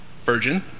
virgin